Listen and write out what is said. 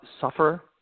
suffer